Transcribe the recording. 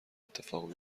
اتفاق